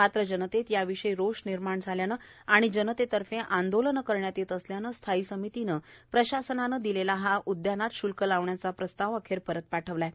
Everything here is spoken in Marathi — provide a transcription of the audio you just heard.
मात्र जनतेत याविषयी रोष निर्माण झाल्याने आणि जनतेतर्फे आंदोलने करण्यात येत असल्याने स्थायी समितीने प्रशासनाने दिलेला उधानात श्ल्क लावण्याचा प्रस्ताव अखेर परत पाठविला आहे